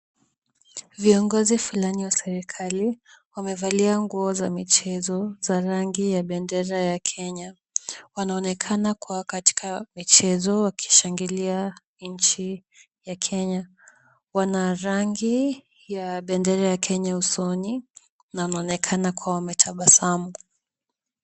Viongozi fulani wa serikali. Wamevalia nguo za michezo za rangi ya bendera ya Kenya. Wanaonekana kuwa katika michezo wakishangilia nchi ya Kenya. Wana rangi ya bendera ya Kenya usoni na wanaonekana kuwa wametabasamu.